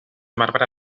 marbre